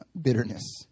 bitterness